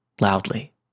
Loudly